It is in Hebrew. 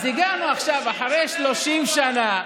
אז הגענו עכשיו אחרי 30 שנה.